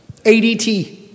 ADT